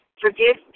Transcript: forgive